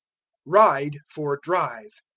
ride for drive.